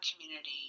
community